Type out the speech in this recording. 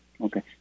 Okay